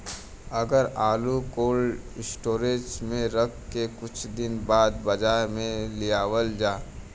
अगर आलू cold storage में रख के कुछ दिन बाद बाजार में लियावल जा?